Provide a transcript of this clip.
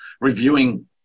reviewing